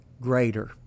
greater